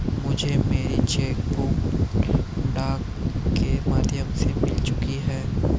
मुझे मेरी cheque book डाक के माध्यम से मिल चुकी है